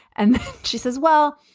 and she says, well,